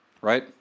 Right